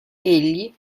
egli